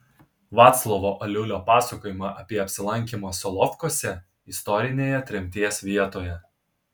vaclovo aliulio pasakojimą apie apsilankymą solovkuose istorinėje tremties vietoje